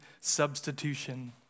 substitution